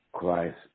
Christ